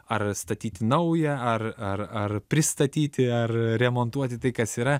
ar statyti naują ar ar ar pristatyti ar remontuoti tai kas yra